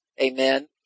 Amen